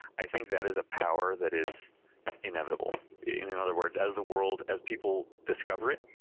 i think that is a power that is inevitable. in and other words, as the world as people discover it,